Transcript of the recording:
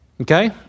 Okay